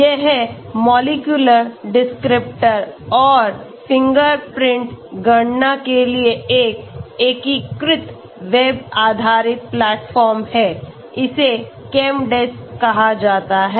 यह molecular descriptor और fingerprint गणना के लिए एक एकीकृत वेब आधारित प्लेटफ़ॉर्म है इसे ChemDes कहा जाता है